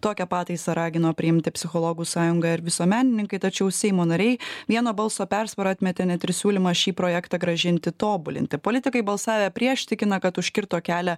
tokią pataisą ragino priimti psichologų sąjunga ir visuomenininkai tačiau seimo nariai vieno balso persvara atmetė net ir siūlymą šį projektą grąžinti tobulinti politikai balsavę prieš tikina kad užkirto kelią